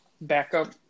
backup